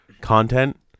content